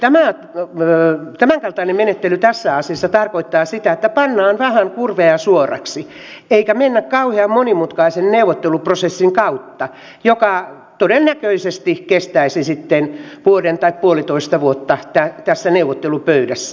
tämän kaltainen menettely tässä asiassa tarkoittaa sitä että pannaan vähän kurveja suoraksi eikä mennä kauhean monimutkaisen neuvotteluprosessin kautta joka todennäköisesti kestäisi sitten vuoden tai puolitoista vuotta tässä neuvottelupöydässä